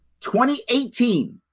2018